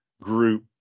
group